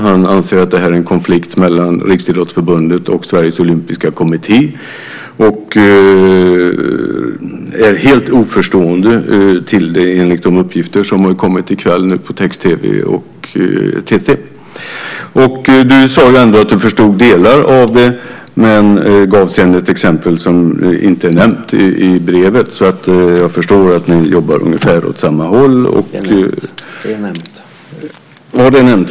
Han anser att detta är en konflikt mellan Riksidrottsförbundet och Sveriges Olympiska Kommitté och är helt oförstående till detta enligt uppgifter som kommit i kväll på text-tv och från TT. Du sade ändå att du förstår delar av detta men gav sedan ett exempel på något som inte är nämnt i brevet, så jag förstår att ni jobbar ungefär åt samma håll. : Det är nämnt.)